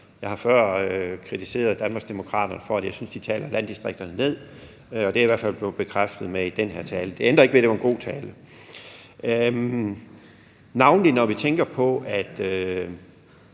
Jeg har før kritiseret Danmarksdemokraterne for efter min mening at tale landdistrikterne ned, og det er jeg i hvert fald blevet bekræftet i med den her tale. Det ændrer ikke ved, at det var en god tale. Det er jo kun er nogle